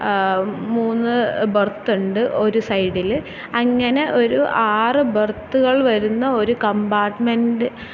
മൂന്ന് ബർത്തുണ്ട് ഒരു സൈഡില് അങ്ങനെ ഒരു ആറ് ബർത്തുകൾ വരുന്ന ഒരു കംപാർട്മെൻറ്റ്